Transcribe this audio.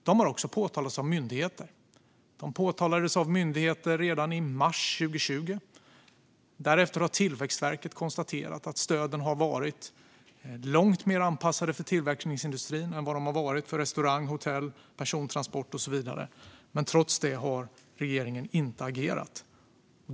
Problemen påtalades också av myndigheter redan i mars 2020. Därefter har Tillväxtverket konstaterat att stöden har varit långt mer anpassade för tillverkningsindustrin än vad de har varit för restaurang, hotell, persontransport och så vidare, men trots detta har regeringen inte agerat.